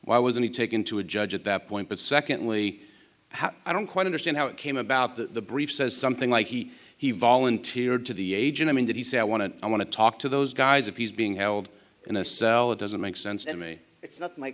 why was he taken to a judge at that point but secondly i don't quite understand how it came about that the brief says something like he he volunteered to the agent i mean did he say i want to i want to talk to those guys if he's being held in a cell or doesn't make sense to me it's not my